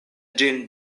ĝin